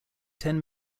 ten